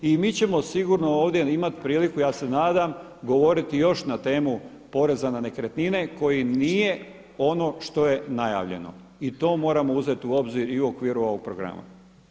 I mi ćemo sigurno ovdje imati priliku, ja se nadam, govoriti još na temu poreza na nekretnine koji nije ono što je najavljeno i to moramo uzeti u obzir i u okviru ovog programa.